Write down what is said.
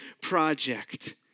project